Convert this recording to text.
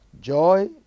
Joy